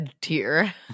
tier